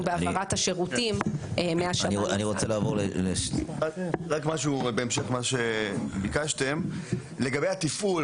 בהעברת השירותים מהשב"ן --- לגבי התפעול,